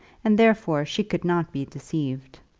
and therefore she could not be deceived.